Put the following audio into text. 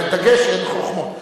בדגש אין חוכמות.